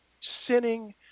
sinning